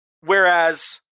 whereas